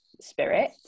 spirit